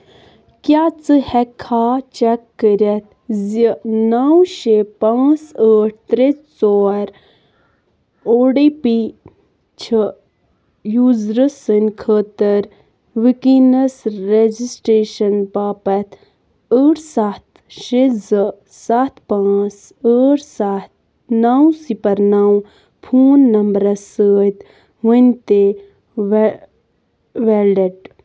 کیٛاہ ژٕ ہٮ۪کٕکھا چیک کٔرِتھ زِ نَو شےٚ پانٛژھ ٲٹھ ترٛےٚ ژور او ڈی پی چھِ یوٗزرٕ سٕنٛدِ خٲطٕر وُنکٮ۪نَس رجِسٹرٛیشَن باپَتھ ٲٹھ سَتھ شےٚ زٕ سَتھ پانٛژھ ٲٹھ سَتھ نَو صِفر نَو فون نَمبرٕ سۭتۍ وُنتہِ وَ ویلڈِٹ